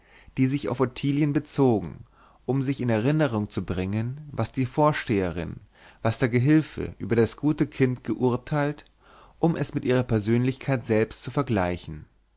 die sich auf ottilien bezogen um sich in erinnerung zu bringen was die vorsteherin was der gehülfe über das gute kind geurteilt um es mit ihrer persönlichkeit selbst zu vergleichen